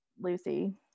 Lucy